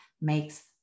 makes